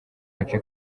gace